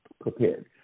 prepared